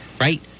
Right